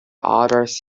otters